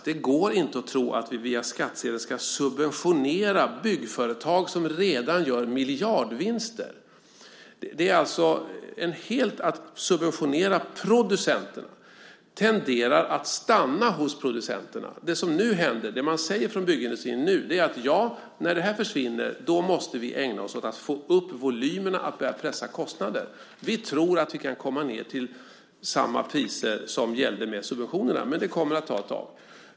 Det går inte att tro att vi via skattsedeln ska subventionera byggföretag som redan gör miljardvinster. Subventioner till producenterna tenderar att stanna hos producenterna. Det byggindustrin nu säger är att när detta försvinner måste vi ägna oss åt att få upp volymerna och att börja pressa kostnaderna. Vi tror att vi kan komma ned till samma priser som gällde med subventionerna, men det kommer att ta ett tag.